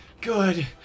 Good